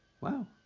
Wow